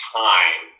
time